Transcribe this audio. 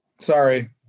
Sorry